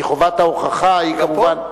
כי חובת ההוכחה היא כמובן,